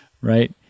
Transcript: right